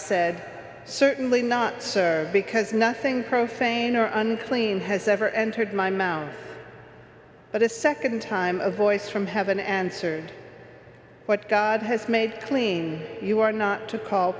said certainly not serve because nothing profane or unclean has ever entered my mouth but a nd time a voice from heaven answered what god has made clean you are not to call